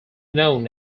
known